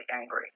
angry